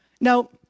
Now